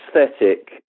aesthetic